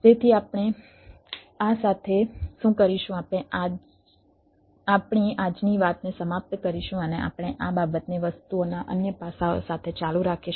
તેથી આપણે આ સાથે શું કરીશું આપણે આપણી આજની વાતને સમાપ્ત કરીશું અને આપણે આ બાબતને વસ્તુઓના અન્ય પાસાઓ સાથે ચાલુ રાખીશું